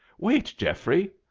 wait, geoffrey!